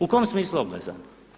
U kom smislu obvezan?